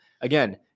Again